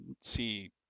see